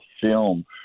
film